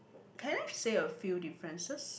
can I say a few differences